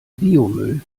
biomüll